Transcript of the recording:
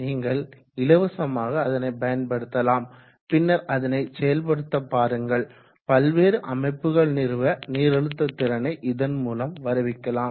நீங்கள் இலவசமாக அதனை பயன்படுத்தலாம் பின்னர் அதனை செயல்படுத்த பாருங்கள் பல்வேறு அமைப்புகள் நிறுவ நீரழுத்த திறனை இதன்மூலம் வருவிக்கலாம்